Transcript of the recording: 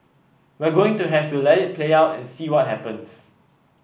we're going to have to let it play out and see what happens